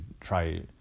try